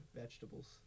vegetables